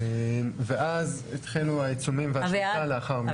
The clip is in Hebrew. ואז התחילו העיצומים והשביתה לאחר מכן.